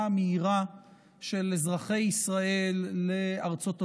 המהירה של אזרחי ישראל לארצות הברית,